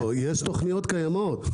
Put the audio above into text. לא, יש תכניות קיימות.